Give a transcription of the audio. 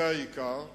זה העיקר.